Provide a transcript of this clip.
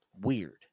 weird